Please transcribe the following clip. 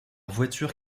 voiture